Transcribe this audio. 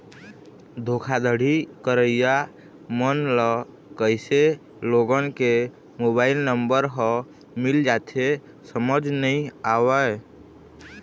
धोखाघड़ी करइया मन ल कइसे लोगन के मोबाईल नंबर ह मिल जाथे समझ नइ आवय